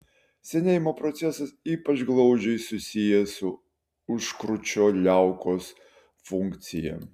senėjimo procesas ypač glaudžiai susijęs su užkrūčio liaukos funkcija